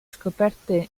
scoperte